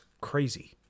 crazy